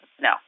No